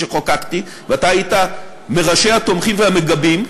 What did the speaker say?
וכשחוקקתי ואתה היית מראשי התומכים והמגבים,